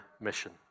mission